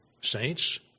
saints